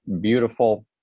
beautiful